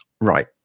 Right